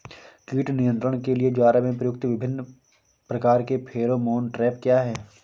कीट नियंत्रण के लिए ज्वार में प्रयुक्त विभिन्न प्रकार के फेरोमोन ट्रैप क्या है?